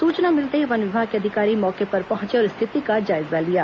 सूचना मिलते ही वन विभाग के अधिकारी मौके पर पहुंचे और स्थिति का जायजा लिया